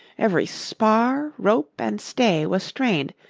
every spar, rope, and stay was strained,